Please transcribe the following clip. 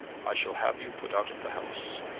i shall have you put out of the house.